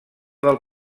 del